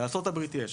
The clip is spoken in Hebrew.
בארצות הברית יש.